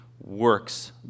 works